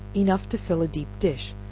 enough to fill a deep dish,